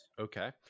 Okay